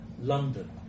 London